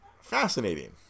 fascinating